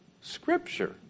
Scripture